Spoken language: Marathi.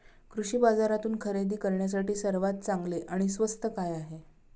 कृषी बाजारातून खरेदी करण्यासाठी सर्वात चांगले आणि स्वस्त काय आहे?